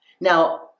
Now